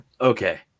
Okay